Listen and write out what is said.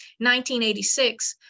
1986